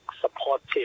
supportive